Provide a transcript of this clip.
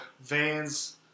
Vans